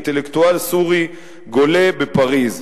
אינטלקטואל סורי גולה בפריס".